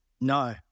No